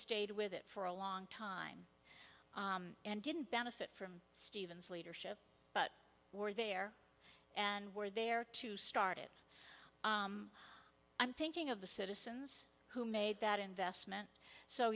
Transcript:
stayed with it for a long time and didn't benefit from steven's leadership but were there and were there to start it i'm thinking of the citizens who made that investment so